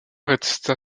resta